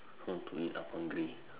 I want to eat ah hungry